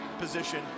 position